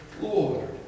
Lord